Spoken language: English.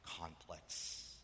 complex